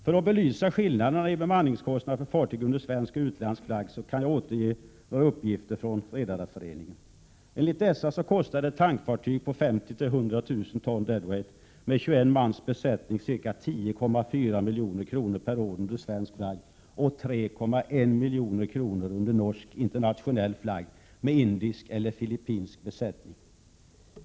För belysning av skillnaderna i bemanningskostnader för fartyg under svensk och utländsk flagg kan jag återge vissa uppgifter från Redareföreningen. Enligt dessa uppgifter kostar ett tankfartyg på 50 000 — 100 000 ton dödvikt med 21 mans besättning ca 10,4 milj.kr. per år under svensk flagg och 3,1 milj.kr. under norsk internationell flagg med indisk eller filippinsk besättning.